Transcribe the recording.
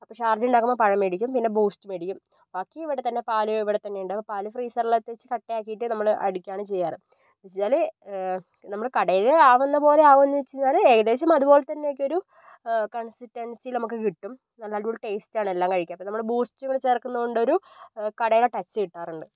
അപ്പം ഷാർജ ഉണ്ടാക്കുമ്പം പഴം മേടിക്കും പിന്നെ ബൂസ്റ്റ് മേടിക്കും ബാക്കി ഇവിടെത്തന്നെ പാല് ഇവിടെത്തന്നെ ഉണ്ടാവും പാല് ഫ്രീസറിൽ എത്തിച്ച് കട്ടയാക്കിയിട്ട് നമ്മള് അടിക്കാണ് ചെയ്യാറ് എന്ന് വെച്ചാല് നമ്മള് കടയില് ആവുന്നപ്പോലെ ആകുവൊന്ന് ചോയിച്ച് കഴിഞ്ഞാല് ഏകദേശം അതുപോലെതന്നെ ഒക്കെയൊരു കൺസിസ്റ്റൻസില് നമുക്ക് കിട്ടും നല്ല അടിപൊളി ടേസ്റ്റാണ് എല്ലാം കഴിക്കാൻ അപ്പം നമ്മള് ബൂസ്റ്റ് കൂടെ ചേർക്കുന്നോണ്ട് ഒരു കടയുടെ ടച്ച് കിട്ടാറുണ്ട്